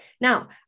Now